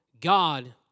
God